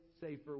safer